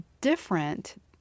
different